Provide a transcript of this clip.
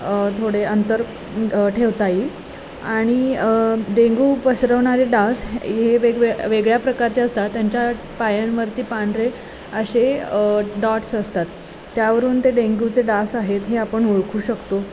थोडे अंतर ठेवता येईल आणि डेंगू पसरवणारे डास हे वेगवेग वेगळ्या प्रकारचे असतात त्यांच्या पायांवरती पांढरे असे डॉट्स असतात त्यावरून ते डेंगूचे डास आहेत हे आपण ओळखू शकतो